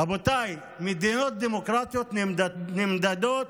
רבותיי, מדינות דמוקרטיות נמדדות